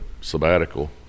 sabbatical